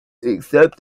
except